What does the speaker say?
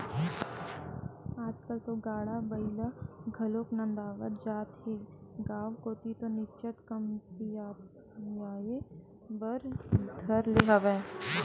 आजकल तो गाड़ा बइला घलोक नंदावत जात हे गांव कोती तो निच्चट कमतियाये बर धर ले हवय